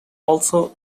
also